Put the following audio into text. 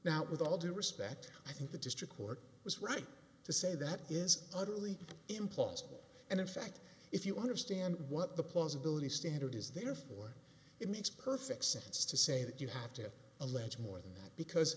now with all due respect i think the district court was right to say that is utterly implausible and in fact if you understand what the plausibility standard is therefore it makes perfect sense to say that you have to allege more than that because